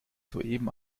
soeben